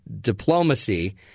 diplomacy